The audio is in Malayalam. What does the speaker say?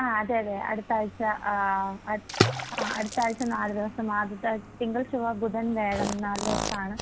ആ അതെ അതെ അടുത്ത ആഴ്ച അട് ആ അടുത്ത ആഴ്ച നാല് ദിവസം ആദ്യത്തെ തിങ്കൾ ചൊവ്വ ബുധൻ വ്യാഴം നാല് ദിവസമാണ്